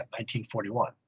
1941